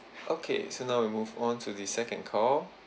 okay so now we move on to the second call